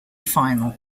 final